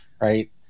right